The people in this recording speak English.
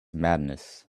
madness